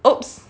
!oops!